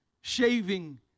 shaving